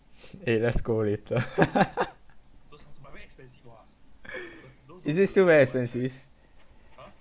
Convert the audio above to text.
eh let's go later is it still very expensive